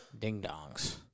ding-dongs